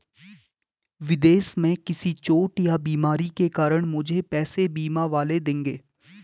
विदेश में किसी चोट या बीमारी के कारण मुझे पैसे बीमा वाले देंगे